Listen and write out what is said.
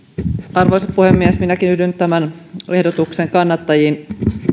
arvoisa puhemies minäkin yhdyn tämän ehdotuksen kannattajiin